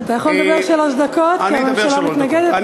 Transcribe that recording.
אתה יכול לדבר שלוש דקות, כי הממשלה מתנגדת.